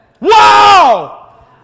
Wow